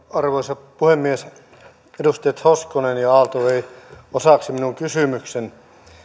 arvoisa puhemies edustajat hoskonen ja aalto veivät osaksi minun kysymykseni